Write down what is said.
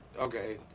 okay